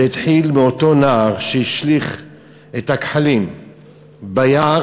זה התחיל מאותו נער שהשליך את הגחלים ביער,